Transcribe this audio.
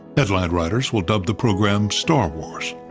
headline writers will dub the program star wars.